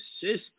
system